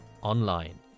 online